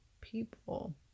people